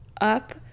up